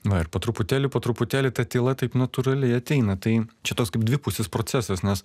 na ir po truputėlį po truputėlį ta tyla taip natūraliai ateina tai čia toks kaip dvipusis procesas nes